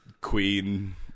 Queen